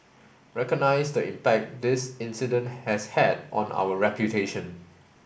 recognise the impact this incident has had on our reputation